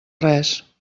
res